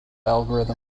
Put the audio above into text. algorithm